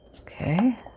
Okay